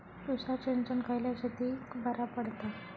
तुषार सिंचन खयल्या शेतीक बरा पडता?